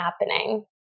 happening